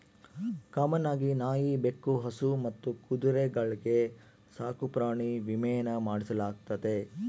common ಆಗಿ ನಾಯಿ, ಬೆಕ್ಕು, ಹಸು ಮತ್ತು ಕುದುರೆಗಳ್ಗೆ ಸಾಕುಪ್ರಾಣಿ ವಿಮೇನ ಮಾಡಿಸಲಾಗ್ತತೆ